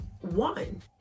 one